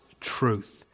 truth